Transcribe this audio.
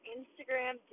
Instagram